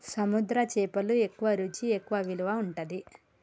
సముద్ర చేపలు ఎక్కువ రుచి ఎక్కువ విలువ ఉంటది